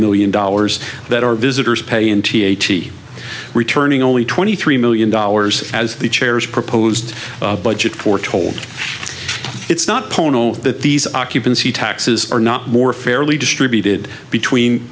million dollars that our visitors pay in th e returning only twenty three million dollars as the chairs proposed budget for told it's not pono that these occupancy taxes are not more fairly distributed between